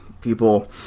people